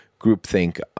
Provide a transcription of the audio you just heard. groupthink